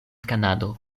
kanado